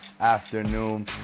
afternoon